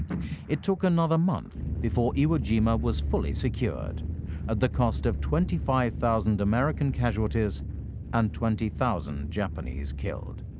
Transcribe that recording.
it took another month before iwo jima was fully secured at the cost of twenty five thousand american casualties and twenty thousand japanese killed.